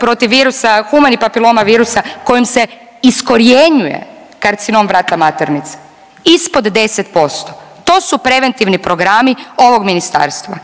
protiv virusa, HPV-a kojim se iskorjenjuje karcinom vrata maternice? Ispod 10%. To su preventivni programi ovog Ministarstva.